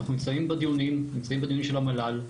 אנחנו נמצאים בדיונים של המל"ל.